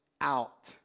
out